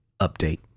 update